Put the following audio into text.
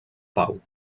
pau